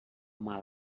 mal